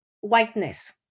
Whiteness